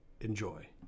Enjoy